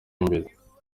imbere